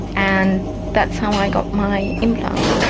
and that's how i got my implant.